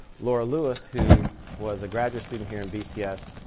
laura lewis, who was a graduate student here in bcs,